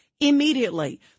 immediately